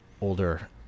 older